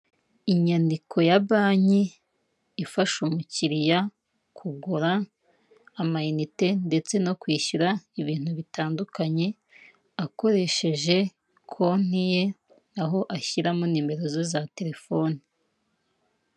Inyandiko ya banki ifasha umukiriya kugura amayinite ndetse no kwishyura ibintu bitandukanye akoresheje konti ye aho ashyiramo nimero ze za telefone.